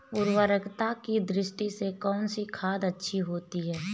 उर्वरकता की दृष्टि से कौनसी खाद अच्छी होती है?